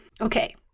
Okay